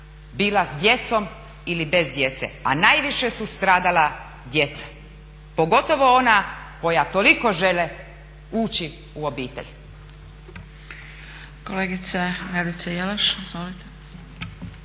bila s djecom ili bez djece. A najviše su stradala djeca, pogotovo ona koja toliko žele ući u obitelj.